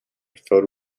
filled